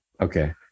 Okay